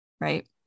right